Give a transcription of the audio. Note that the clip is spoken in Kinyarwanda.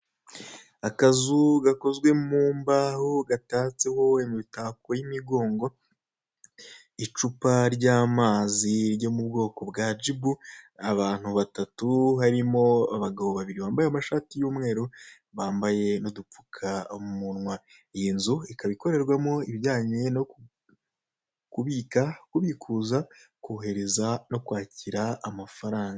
Akazu gakozwe mu mbaho gatatsweho imitako y'imigongo icupa ry'amazi ryo mu bwoko bwa jibu abantu batatu harimo abagabo babiri bambaye amashati y'umweru bambaye n'udupfukamunwa iyinzu ikaba ikorerwamoibijyanye no kubika, kubikuza, kohereza no kwakira amafaranga.